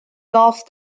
gulf